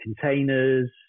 containers